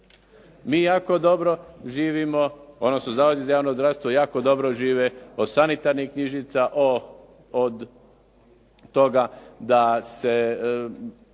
Mi jako dobro živimo odnosno zavodi za javno zdravstvo jako dobro žive od sanitarnih knjižica, od toga da se